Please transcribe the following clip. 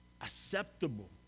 acceptable